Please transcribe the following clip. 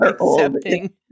accepting